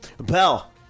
Bell